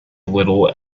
little